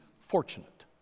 fortunate